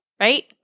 right